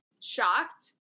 shocked